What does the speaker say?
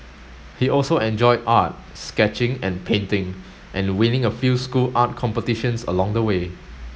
he also enjoyed art sketching and painting and winning a few school art competitions along the way